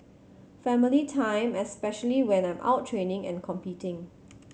family time especially when I'm out training and competing